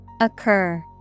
Occur